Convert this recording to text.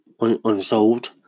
unsolved